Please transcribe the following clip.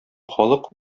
халык